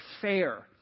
fair